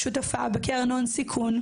שותפה בקרן הון סיכון,